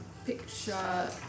Picture